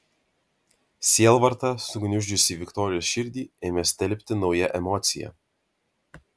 sielvartą sugniuždžiusį viktorijos širdį ėmė stelbti nauja emocija